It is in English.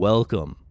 Welcome